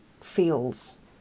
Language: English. feels